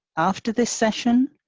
after this session,